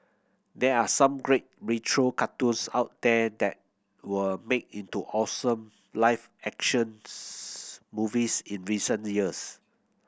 there are some great retro cartoons out there that were made into awesome live actions movies in recent years